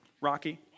Rocky